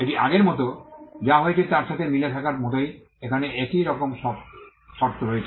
এটি আগের মতো যা হয়েছে তার সাথে মিল থাকার মতোই এখানে একই রকম শর্ত রয়েছে